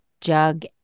jug